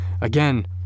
again